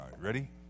Ready